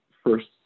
first